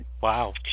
Wow